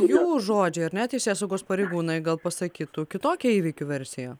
jų žodžiai ar ne teisėsaugos pareigūnai gal pasakytų kitokią įvykių versiją